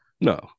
No